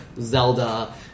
Zelda